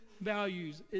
values